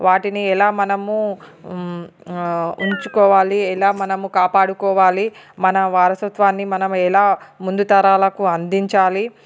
వాటిని ఎలా మనము ఉంచుకోవాలి ఎలా మనం కాపాడుకోవాలి మన వారసత్వాన్ని మనం ఎలా ముందు తరాలకు అందించాలి